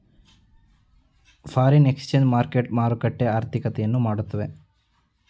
foreign exchange market ಮಾರುಕಟ್ಟೆ ಆರ್ಥಿಕತೆಯನ್ನು ಮಾಡುತ್ತವೆ